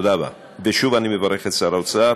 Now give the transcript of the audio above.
תודה רבה, ושוב אני מברך את שר האוצר.